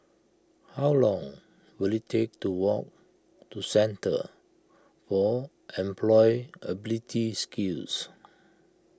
how long will it take to walk to Centre for Employability Skills